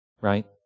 right